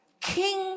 king